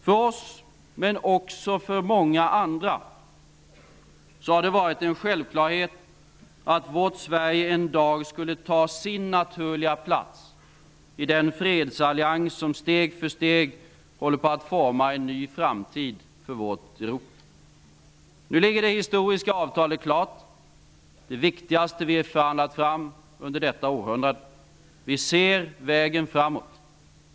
För oss, men också för många andra, har det varit en självklarhet att vårt Sverige en dag skulle ta sin naturliga plats i den fredsallians som steg för steg håller på att forma en ny framtid för vårt Europa. Nu ligger det historiska avtalet klart. Det är det viktigaste vi har förhandlat fram under detta århundrade. Vi ser vägen framåt.